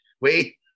Wait